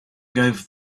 gave